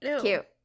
Cute